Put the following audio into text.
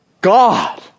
God